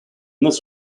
this